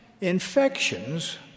Infections